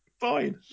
fine